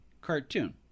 cartoon